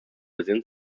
within